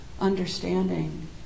understanding